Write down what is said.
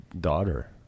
daughter